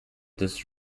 this